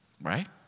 right